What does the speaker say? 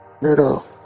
little